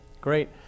Great